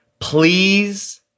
Please